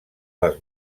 les